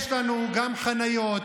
יש לנו גם חניות,